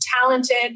talented